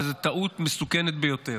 וזו טעות מסוכנת ביותר.